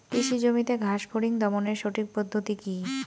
কৃষি জমিতে ঘাস ফরিঙ দমনের সঠিক পদ্ধতি কি?